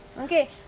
okay